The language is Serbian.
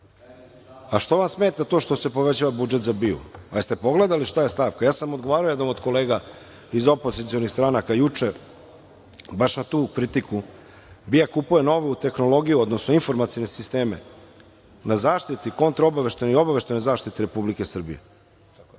što vam smeta to što se povećava budžet za BIA? Da li ste pogledali šta je stavka? Ja sam odgovarao jednom od kolega iz opozicionih stranaka juče baš na tu kritiku, BIA kupuje novu tehnologiju, odnosno informacione sisteme na zaštiti kontraobaveštajne i obaveštajne zaštite Republike Srbije. Šta je